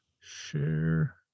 share